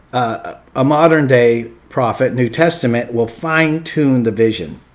ah a modern day prophet, new testament will fine tune the vision.